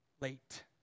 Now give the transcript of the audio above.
late